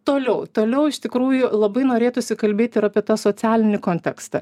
toliau toliau iš tikrųjų labai norėtųsi kalbėti ir apie tą socialinį kontekstą